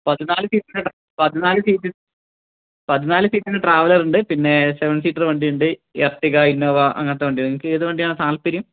പതിനാല് സീറ്റിൻ്റെ പതിനാല് സീറ്റ് പതിനാല് സീറ്റിൻ്റെ ട്രാവലറ്ണ്ട് പിന്നെ സെവൻ സീറ്റെറ് വണ്ടിയുണ്ട് എർട്ടിഗ ഇന്നോവ അങ്ങനത്തെ വണ്ടി നിങ്ങൾക്ക് ഏത് വണ്ടിയാണ് താൽപര്യം